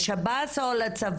לשירות בתי הסוהר או לצבא?